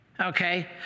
okay